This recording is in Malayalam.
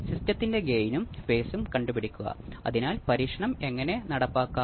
അതിനാൽ ഇത് വി ഐ ആണ് ഇത് വി സീറോ വി എഫ് ന് തുല്യമാണ്